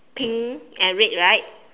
pink and red right